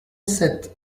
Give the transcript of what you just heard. sept